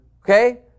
Okay